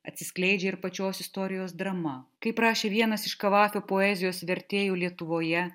atsiskleidžia ir pačios istorijos drama kaip rašė vienas iš kavafio poezijos vertėjų lietuvoje